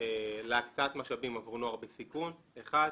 להקצאת משאבים עבור נוער בסיכון, אחד.